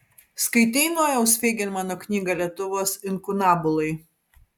skaitei nojaus feigelmano knygą lietuvos inkunabulai